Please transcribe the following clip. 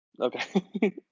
Okay